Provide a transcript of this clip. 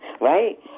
Right